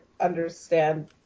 understand